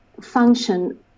function